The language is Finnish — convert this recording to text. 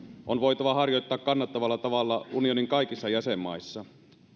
on voitava harjoittaa kannattavalla tavalla unionin kaikissa jäsenmaissa